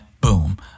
boom